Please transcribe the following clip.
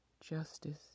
justice